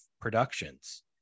productions